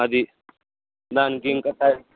అది దానికి ఇంక